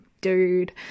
dude